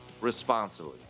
responsibly